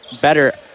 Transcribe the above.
better